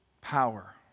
power